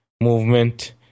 movement